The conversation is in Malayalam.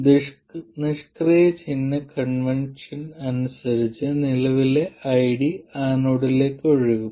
നിഷ്ക്രിയ ചിഹ്ന കൺവെൻഷൻ അനുസരിച്ച് നിലവിലെ ID ആനോഡിലേക്ക് ഒഴുകും